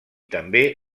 també